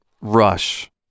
Rush